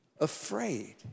afraid